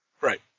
Right